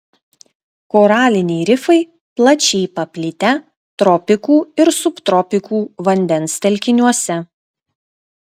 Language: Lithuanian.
koraliniai rifai plačiai paplitę tropikų ir subtropikų vandens telkiniuose